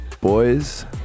boys